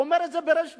הוא אומר את זה בריש גלי.